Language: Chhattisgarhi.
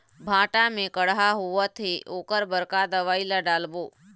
भांटा मे कड़हा होअत हे ओकर बर का दवई ला डालबो?